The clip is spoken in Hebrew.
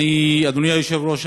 אדוני היושב-ראש,